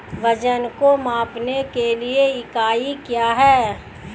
वजन को मापने के लिए इकाई क्या है?